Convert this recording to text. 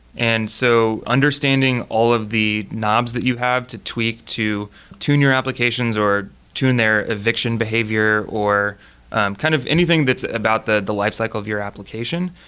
and so understanding all of the knobs that you have to tweak to tune your applications, or tune their eviction behavior, or kind of anything that's about the the lifecycle of your application,